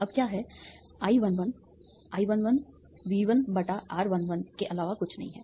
अब क्या है I11 I11 V1 R 11 के अलावा कुछ नहीं है